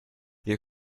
you